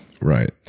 Right